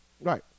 Right